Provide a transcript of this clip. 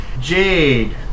Jade